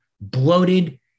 bloated